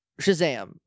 Shazam